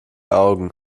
augen